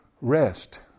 rest